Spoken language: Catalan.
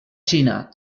xina